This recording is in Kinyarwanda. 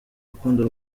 rukundo